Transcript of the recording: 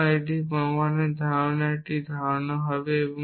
সুতরাং এটি প্রমাণের ধারণার একটি ধারণা হবে